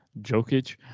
Jokic